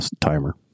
timer